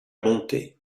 bonté